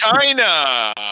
China